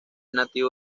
nativo